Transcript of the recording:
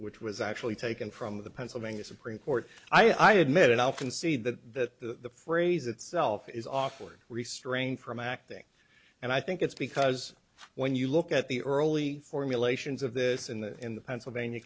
which was actually taken from the pennsylvania supreme court i admit i'll concede that the phrase itself is awkward restrain from acting and i think it's because when you look at the early formulations of this in the in the pennsylvania